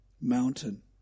mountain